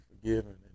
forgiven